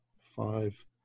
five